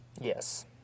Yes